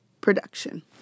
production